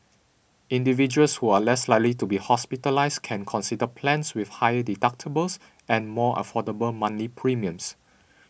individuals who are less likely to be hospitalised can consider plans with higher deductibles than more affordable monthly premiums